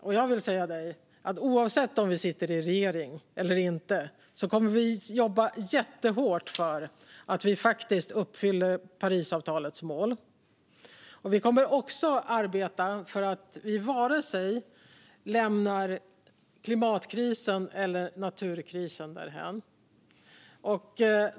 Och jag vill säga dig: Oavsett om vi sitter i regering eller inte kommer vi att jobba jättehårt för att vi faktiskt ska uppfylla Parisavtalets mål. Vi kommer också att arbeta för att vi inte ska lämna vare sig klimatkrisen eller naturkrisen därhän.